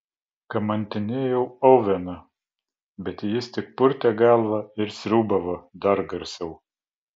kamantinėjau oveną bet jis tik purtė galvą ir sriūbavo dar garsiau